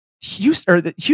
Houston